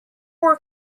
were